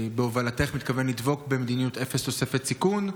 בהובלתך מתכוון לדבוק במדיניות אפס תוספת סיכון?